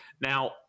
Now